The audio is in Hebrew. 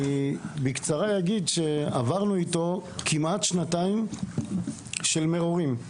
אני בקצרה אגיד שעברנו איתו כמעט שנתיים של מירורים,